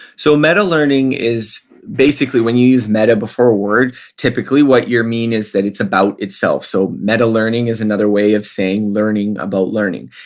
so meta learning is, basically when you use meta before a word, typically what you mean is that it's about itself. so meta learning is another way of saying learning about learning.